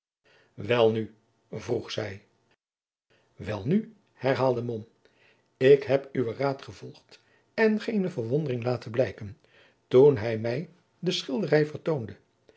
welnu vroeg zij welnu herhaalde mom ik heb uwen raad gevolgd en geene verwondering laten blijken toen hij mij de schilderij vertoonde